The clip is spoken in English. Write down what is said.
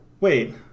wait